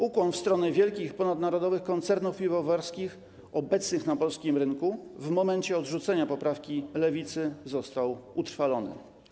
Ukłon w stronę wielkich ponadnarodowych koncernów piwowarskich obecnych na polskim rynku w momencie odrzucenia poprawki Lewicy został utrwalony.